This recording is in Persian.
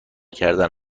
کردن